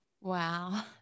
Wow